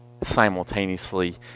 simultaneously